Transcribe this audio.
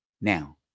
Now